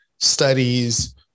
studies